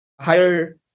higher